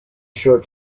short